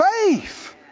Faith